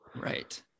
Right